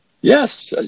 Yes